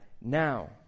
now